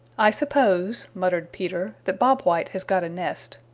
i suppose, muttered peter, that bob white has got a nest.